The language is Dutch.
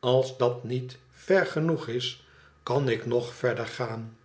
als dat niet ver genoeg is kan ik nog verder gaan